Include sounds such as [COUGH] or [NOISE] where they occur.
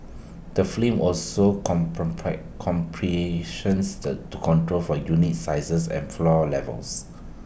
the film also [UNINTELLIGIBLE] comparisons the control for unit sizes and floor levels